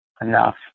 enough